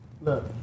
Look